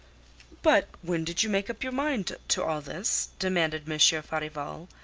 but when did you make up your mind to all this? demanded monsieur farival.